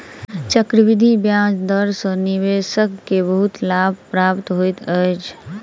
चक्रवृद्धि ब्याज दर सॅ निवेशक के बहुत लाभ प्राप्त होइत अछि